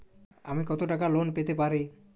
আমি কত টাকা লোন পেতে পারি?